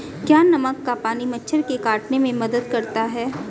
क्या नमक का पानी मच्छर के काटने में मदद करता है?